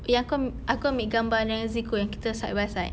yang aku am~ aku ambil gambar dengan zeko yang kita side by side